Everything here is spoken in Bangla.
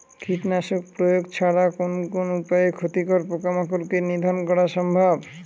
কীটনাশক প্রয়োগ ছাড়া কোন কোন উপায়ে ক্ষতিকর পোকামাকড় কে নিধন করা সম্ভব?